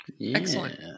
excellent